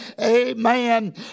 Amen